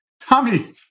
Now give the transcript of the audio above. Tommy